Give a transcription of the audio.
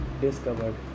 discovered